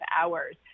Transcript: hours